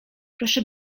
proszę